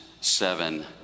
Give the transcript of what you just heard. seven